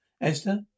Esther